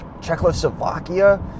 Czechoslovakia